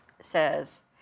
says